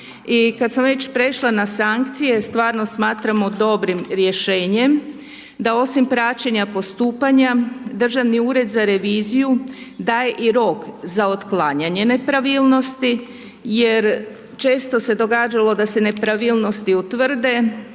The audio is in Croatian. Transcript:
kada sam već prešla na sankcije, stvarno smatramo dobrim rješenjem da osim praćenja postupanja Državni ured za reviziju daje i rok za otklanjanje nepravilnosti jer često se događalo da se nepravilnosti utvrde,